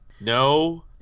No